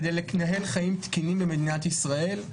כדי לנהל חיים תקינים במדינת ישראל.